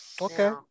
Okay